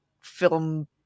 film